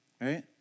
Right